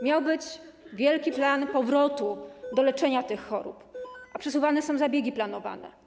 Miał być wielki plan powrotu do leczenia tych chorób, a przesuwane są zabiegi planowane.